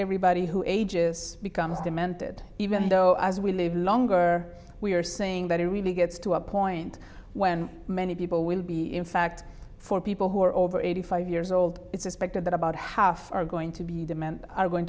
everybody who ages becomes demented even though as we live longer we're seeing that it really gets to a point when many people will be in fact for people who are over eighty five years old it's expected that about how are going to be demand are going